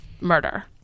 murder